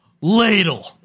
Ladle